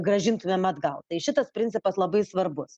grąžintumėm atgal tai šitas principas labai svarbus